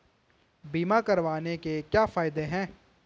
बीमा करवाने के क्या फायदे हैं?